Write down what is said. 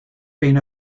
been